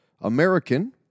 American